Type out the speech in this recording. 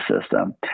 system